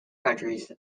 countries